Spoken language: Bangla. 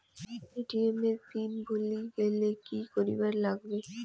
এ.টি.এম এর পিন ভুলি গেলে কি করিবার লাগবে?